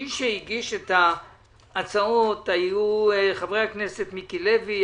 מי שהגיש את ההצעות היו חברי הכנסת מיקי לוי,